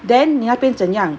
then 你那边怎样